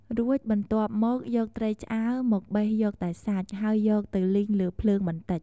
រួចបន្ទាប់មកយកត្រីឆ្អើរមកបេះយកតែសាច់ ហើយយកទៅលីងលើភ្លើងបន្តិច។